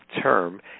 term